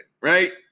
right